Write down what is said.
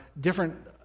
different